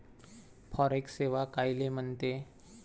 Forex सेवा कायले म्हनते?